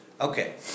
okay